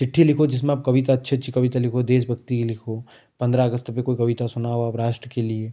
चिट्ठी लिखो जिसमें आप कविता अच्छी अच्छी कविता लिखो देशभक्ति की लिखो पंद्रह अगस्त पर कोई कविता सुनाओ अब राष्ट्र के लिए